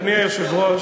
אדוני היושב-ראש,